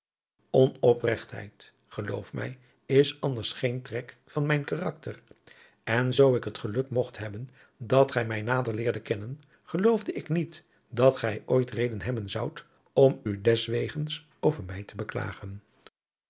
onopregtheid geloof mij is anders geen trek van mijn karakter en zoo ik het geluk mogt hebben dat gij mij nader leerde kennen geloof ik niet dat gij ooit reden hebben zoubt om u deswegens over mij te beklagen